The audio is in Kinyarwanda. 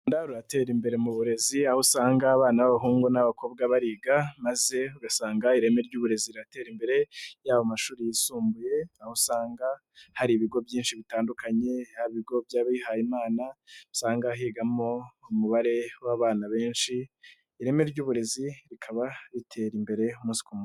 U Rwanda ruratera imbere mu burezi, aho usanga abana b'abahungu n'abakobwa bariga, maze ugasanga ireme ry'uburezi riratera imbere, yaba amashuri yisumbuye, aho usanga hari ibigo byinshi bitandukanye, ibigo by'abihayemana, usanga higamo umubare w'abana benshi. Ireme ry'uburezi rikaba ritera imbere umunsi ku wundi.